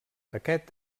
aquest